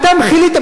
אתם חיליתם,